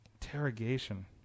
Interrogation